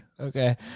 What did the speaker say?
Okay